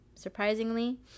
surprisingly